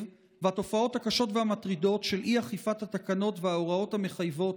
והתופעות הקשות והמטרידות של אי-אכיפת התקנות וההוראות המחייבות